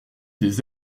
des